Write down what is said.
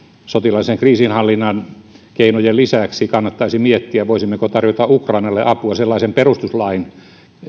sotilaallisen kriisinhallinnan keinojen lisäksi kannattaisi miettiä voisimmeko tarjota ukrainalle apua sellaisen perustuslain